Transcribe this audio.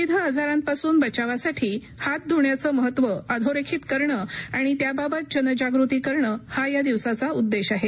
विविध आजारांपासून बचावासाठी हात धुण्याचं महत्त्व अधोरेखित करणं आणि त्याबाबत जनजागृती करणं हा या दिवसाचा उद्देश आहे